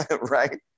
Right